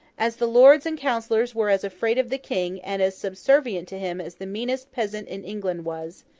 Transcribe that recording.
as the lords and councillors were as afraid of the king and as subservient to him as the meanest peasant in england was,